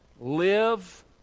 live